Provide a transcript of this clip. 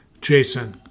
Jason